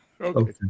okay